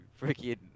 freaking